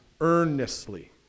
earnestly